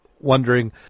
wondering